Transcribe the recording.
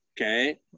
Okay